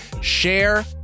Share